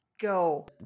Go